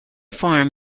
farm